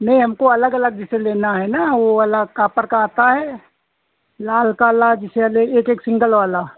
नहीं हमको अलग अलग जैसे लेना है ना वह वाला कापर का आता है लाल काला जैसे एक एक सिंगल वाला